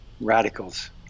radicals